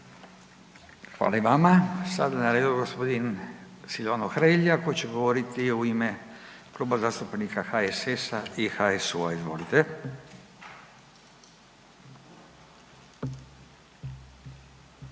Hvala i vama. Sada je na redu gospodin Silvano Hrelja koji će govoriti u ime Kluba zastupnika HSS-a i HSU-a. Izvolite. **Hrelja,